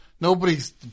Nobody's